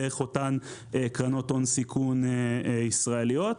דרך אותן קרנות הון סיכון ישראליות.